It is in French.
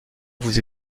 vous